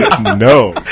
No